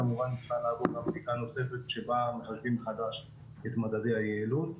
כמובן אפשר לעשות לה בדיקה נוספת בה מחלקים מחדש את מדדי היעילות